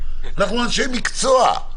אנחנו אנשי מקצוע.